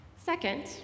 Second